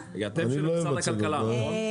אתם של משרד הכלכלה, נכון?